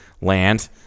land